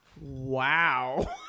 Wow